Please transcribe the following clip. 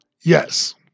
Yes